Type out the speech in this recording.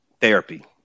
therapy